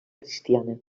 cristiana